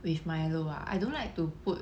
with Milo ah I don't like to put